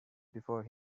before